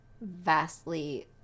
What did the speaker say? vastly